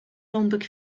rąbek